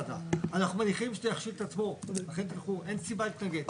אנחנו מניחים שזה יכשיל את עצמו, אין סיבה להתנגד.